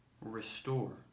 restore